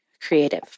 creative